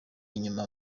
inyuma